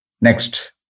Next